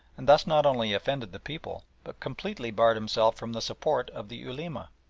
and thus not only offended the people, but completely barred himself from the support of the ulema.